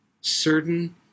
Certain